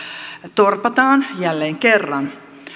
torpataan jälleen kerran